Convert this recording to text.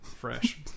Fresh